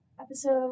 episode